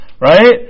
right